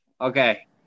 Okay